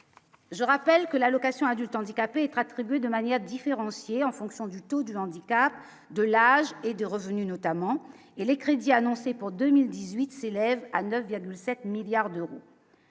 Je rappelle que l'allocation adulte handicapé, fera de manière différenciée en fonction du taux du handicap de l'âge et de revenus notamment et les crédits annoncés pour 2018 c'est à 9,7 milliards d'euros.